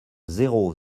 zéro